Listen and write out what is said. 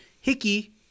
Hickey